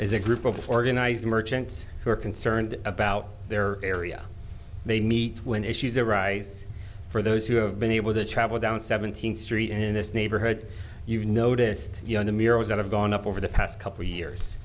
is a group of organized merchants who are concerned about their area they meet when issues arise for those who have been able to travel down seventeenth street in this neighborhood you've noticed in the mirrors that have gone up over the past couple of years